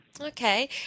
Okay